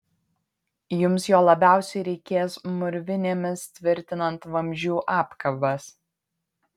jums jo labiausiai reikės mūrvinėmis tvirtinant vamzdžių apkabas